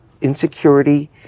insecurity